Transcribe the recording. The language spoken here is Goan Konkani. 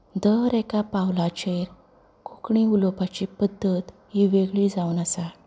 दर एका पावलाचेर कोंकणी उलोवपाची पद्दत वेगळी जावन आसा